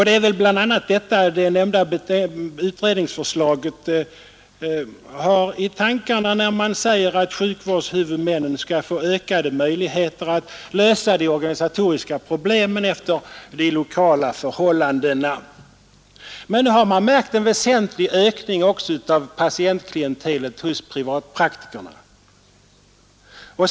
Det är väl bl.a. detta den nämnda utredningen har i tankarna när man säger att sjukvårdshuvudmännen skall få ökade möjligheter att lösa de organisatoriska problemen efter de lokala förhållandena. Men nu har man märkt en väsentlig ökning av patientklientelet också hos privatläkarna.